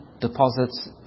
deposits